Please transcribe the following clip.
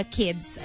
kids